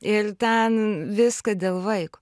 ir ten viską dėl vaiko